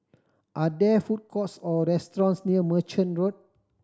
are there food courts or restaurants near Merchant Road